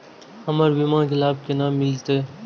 हमर बीमा के लाभ केना मिलते?